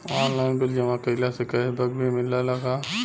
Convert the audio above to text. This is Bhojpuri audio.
आनलाइन बिल जमा कईला से कैश बक भी मिलेला की?